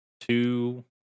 two